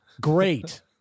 great